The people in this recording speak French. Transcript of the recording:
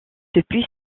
depuis